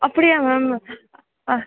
அப்படியா மேம்